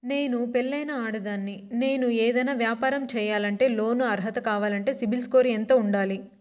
నేను పెళ్ళైన ఆడదాన్ని, నేను ఏదైనా వ్యాపారం సేయాలంటే లోను అర్హత కావాలంటే సిబిల్ స్కోరు ఎంత ఉండాలి?